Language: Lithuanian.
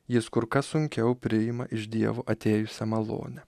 jis kur kas sunkiau priima iš dievo atėjusią malonę